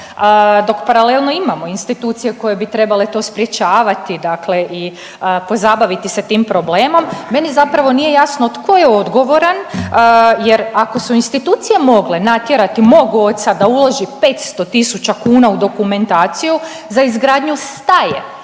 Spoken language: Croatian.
dok paralelno imamo institucije koje bi trebale to sprječavati dakle i pozabaviti se tim problemom. Meni zapravo nije jasno tko je odgovoran jer ako su institucije mogle natjerati mog oca da uloži 500 tisuća kuna u dokumentaciju za izgradnju staje